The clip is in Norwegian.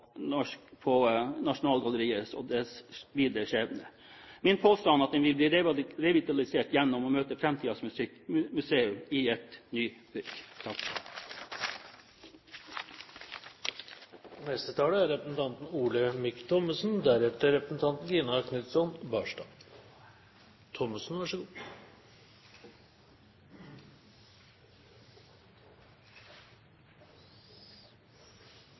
Nasjonalgalleriet og dets videre skjebne. Min påstand er at den vil bli revitalisert gjennom å møte framtidens museum i et nybygg. Arroganse var et tema, sa statsråden. Ja, det er